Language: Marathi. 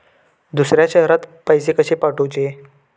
दुसऱ्या शहरात पैसे कसे पाठवूचे?